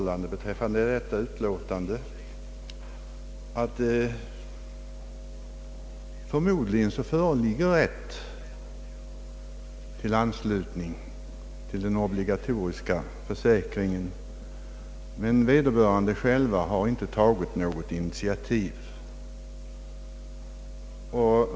Vad beträffar hemmadöttrarna föreligger förmodligen rätt till anslutning till den obligatoriska försäkringen, men vederbörande själva har inte tagit något initiativ.